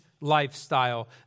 lifestyle